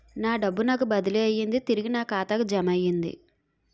నా డబ్బు నాకు బదిలీ అయ్యింది తిరిగి నా ఖాతాకు జమయ్యింది